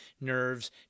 nerves